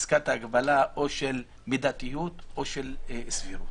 פסקת ההגבלה או של מידתיות או של סבירות.